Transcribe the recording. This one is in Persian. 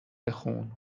بخون